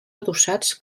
adossats